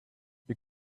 you